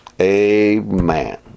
Amen